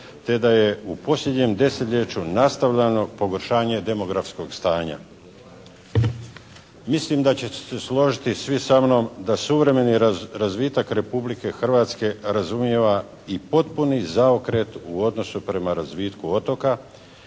da je u posljednjem desetljeću nastavljano pogoršanje demografskog stanja. Mislim da ćete se složiti svi sa mnom da suvremeni razvitak Republike Hrvatske razumijeva i potpuni zaokret u odnosu prema razvitku otoka